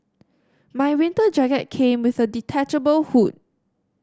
my winter jacket came with a detachable hood